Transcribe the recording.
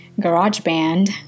GarageBand